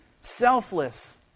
selfless